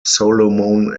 solomon